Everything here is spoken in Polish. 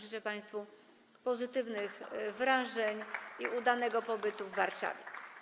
Życzę państwu pozytywnych wrażeń i udanego pobytu w Warszawie.